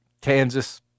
Kansas